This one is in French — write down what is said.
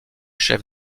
chef